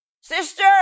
Sister